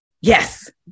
Yes